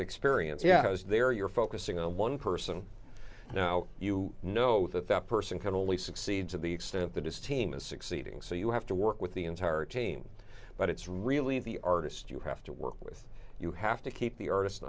experience yeah i was there you're focusing on one person now you know that that person can only succeed to the extent that is team is succeeding so you have to work with the entire team but it's really the artist you have to work with you have to keep the artist